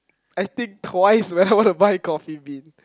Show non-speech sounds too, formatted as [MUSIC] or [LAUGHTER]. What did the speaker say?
I think twice [LAUGHS] when I want to buy Coffee Bean